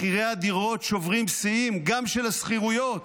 מחירי הדירות שוברים שיאים, גם של שכירויות.